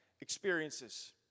experiences